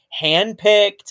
handpicked